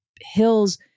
hills